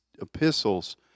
epistles